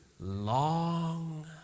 long